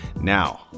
Now